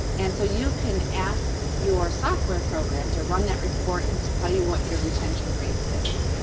and so, you can ask your software program to run that report and tell you what your retention rate is.